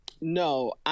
No